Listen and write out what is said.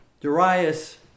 Darius